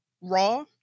Raw